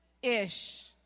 Ish